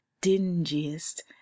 dingiest